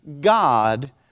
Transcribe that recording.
God